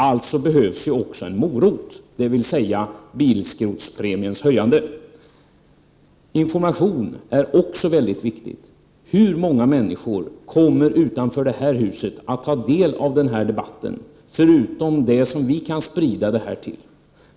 Alltså behövs också en morot, dvs. bilskrotningspremiens höjande. Information är också väldigt viktig. Hur många människor utanför det här huset kommer att ta del av den här debatten, förutom de som vi kan sprida information till?